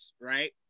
right